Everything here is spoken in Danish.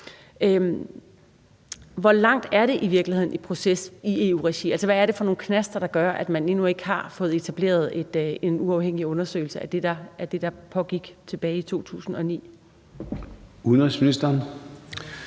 Hvor langt er det i virkeligheden i processen i EU-regi? Altså, hvad er det for nogle knaster, der gør, at man endnu ikke har fået etableret en uafhængig undersøgelse af det, der pågik tilbage i 2009? Kl.